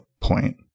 point